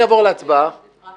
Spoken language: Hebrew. יש לי הערה